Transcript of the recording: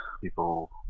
people